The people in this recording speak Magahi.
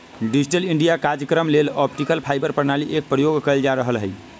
डिजिटल इंडिया काजक्रम लेल ऑप्टिकल फाइबर प्रणाली एक प्रयोग कएल जा रहल हइ